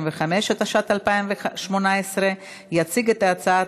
125), התשע"ט 2018. יציג את ההצעה